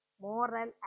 moral